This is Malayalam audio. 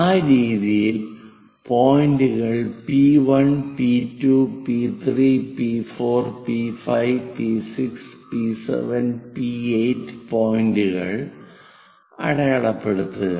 ആ രീതിയിൽ പോയിന്റുകൾ P 1 P 2 P 3 P 4 P 5 P 6 P 7 P 8 പോയിന്ററുകൾ അടയാളപ്പെടുത്തുക